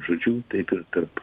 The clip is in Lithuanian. žodžiu taip ir tarp